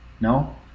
No